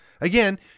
Again